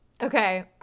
okay